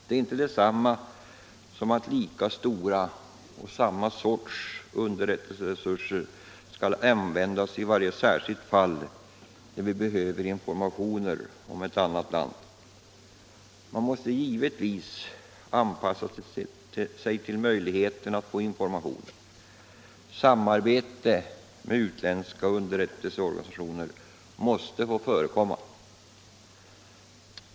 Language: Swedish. Det är inte detsamma som att lika stora och samma sorts underrättelseresurser skall användas i varje särskilt fall när vi behöver informationer om ett annat land. Man måste givetvis anpassa sig till möjligheterna att få informationer. Samarbete med utländska underrättelseorganisationer måste få förekomma.